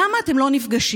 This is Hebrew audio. למה אתם לא נפגשים?